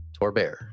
Torbear